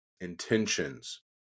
intentions